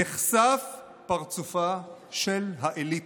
נחשף פרצופה של האליטה,